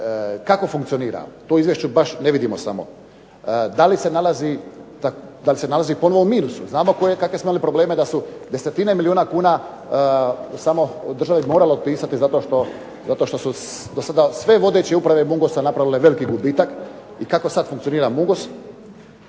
Kako funkcionira? To u izvješću baš ne vidimo. Da li se nalazi ponovno u minusu? Znamo kakve smo imali probleme da su desetine milijuna kuna samo od države moralo pisati zato što su sve dosadašnje vodeće uprave Mungosa napravile veliki gubitak. I kako sada funkcionira Mungos?